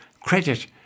credit